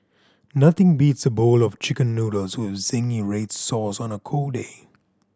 nothing beats a bowl of Chicken Noodles with zingy red sauce on a cold day